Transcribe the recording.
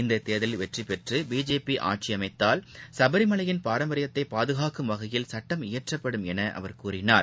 இந்ததேர்தலில் வெற்றிபெற்றுபிஜேபிஆட்சிஅமைத்தால் சபரிமலையின் பாரம்பரியத்தைபாதுகாக்கும் வகையில் சட்டம் இயற்றப்படும் எனகூறினார்